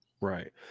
Right